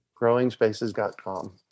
GrowingSpaces.com